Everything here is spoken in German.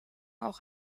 auch